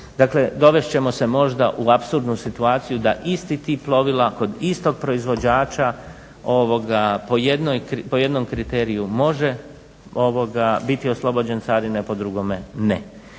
dakle dovest ćemo se možda u apsurdnu situaciju da isti tip plovila kod istog proizvođača po jednom kriteriju može biti oslobođen carine, a po drugome ne.